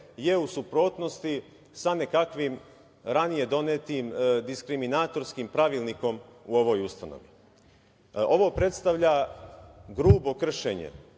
je u suprotnosti sa nekakvim ranije donetim diskriminatorskim pravilnikom u ovoj ustanovi. Ovo predstavlja grubo kršenje